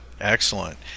Excellent